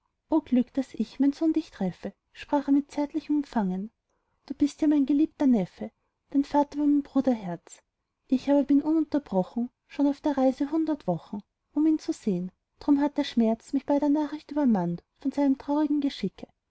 glück daß ich mein sohn dich treffe sprach er mit zärtlichem umfangen du bist ja mein geliebter neffe dein vater war mein bruderherz ich aber bin ununterbrochen schon auf der reise hundert wochen um ihn zu sehn drum hat der schmerz mich bei der nachricht übermannt von seinem traurigen geschicke